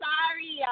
Sorry